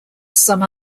some